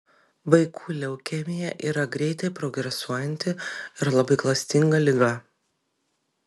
vaikų leukemija yra greitai progresuojanti ir labai klastinga liga